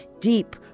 deep